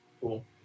Cool